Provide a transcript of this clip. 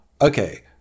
okay